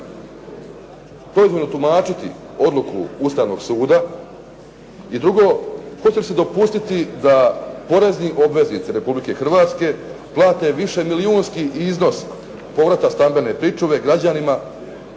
proizvoljno tumačiti odluku Ustavnog suda? I drugo, hoće li se dopustiti da porezni obveznici Republike Hrvatske plate višemilijunski iznos povrata stambene pričuve građanima,